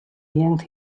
yanked